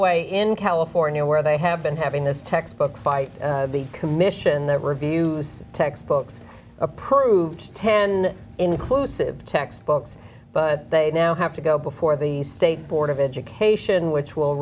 way in california where they have been having this textbook fight the commission that reviews textbooks approved ten inclusive textbooks but they now have to go before the state board of education which will